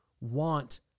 want